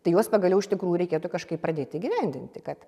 tai juos pagaliau iš tikrųjų reikėtų kažkaip pradėt įgyvendinti kad